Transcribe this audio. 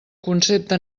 concepte